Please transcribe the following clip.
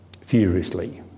furiously